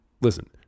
listen